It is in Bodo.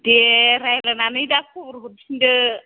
दे रायलायनानै खब'र हरफिनदो